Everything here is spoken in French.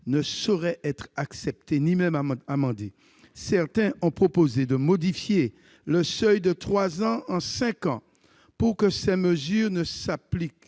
ne saurait être accepté ni même amendé. Certains ont proposé de porter le seuil de trois ans à cinq ans pour que ces mesures ne s'appliquent